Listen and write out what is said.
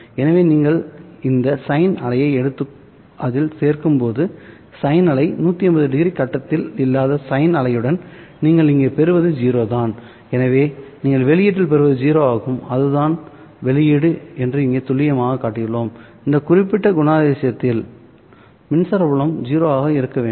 எனவே நீங்கள் இந்த சைன் அலையை எடுத்து அதில் சேர்க்கும்போது சைன் அலை 180ᵒ கட்டத்தில் இல்லாத சைன் அலையுடன் நீங்கள் இங்கே பெறுவது 0 தான் எனவே நீங்கள் வெளியீட்டில் பெறுவது 0 ஆகும் அதுதான் வெளியீடு என்று இங்கே துல்லியமாகக் காட்டியுள்ளோம் இந்த குறிப்பிட்ட குணாதிசயத்தில் மின்சார புலம் 0 ஆக இருக்க வேண்டும்